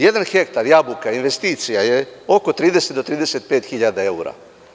Jedan hektar jabuka investicija je oko 30 do 35 hiljada evra.